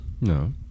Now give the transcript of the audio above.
No